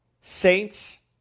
Saints